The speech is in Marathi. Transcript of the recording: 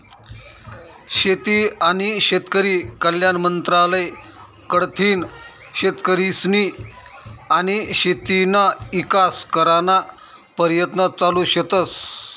शेती आनी शेतकरी कल्याण मंत्रालय कडथीन शेतकरीस्नी आनी शेतीना ईकास कराना परयत्न चालू शेतस